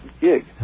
gig